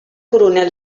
coronel